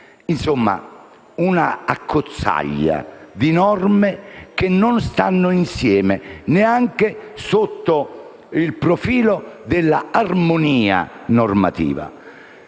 Insomma, un'accozzaglia di norme che non stanno insieme, neanche sotto il profilo dell'armonia normativa.